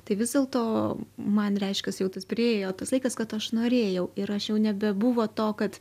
tai vis dėlto man reiškias jau tas priėjo tas laikas kad aš norėjau ir aš jau nebebuvo to kad